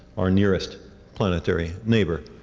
our nearest planetary neighbor.